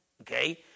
okay